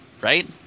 right